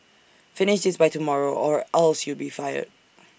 finish this by tomorrow or else you'll be fired